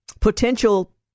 potential